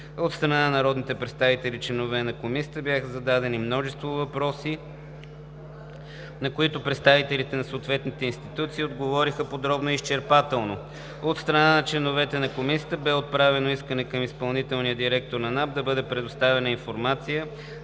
От страна на народните представители, членове на Комисията, бяха зададени множество въпроси, на които представителите на съответните институции отговориха подробно и изчерпателно. От страна на членовете на Комисията бе отправено искане към изпълнителния директор на НАП да бъде предоставена информация